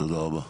תודה רבה.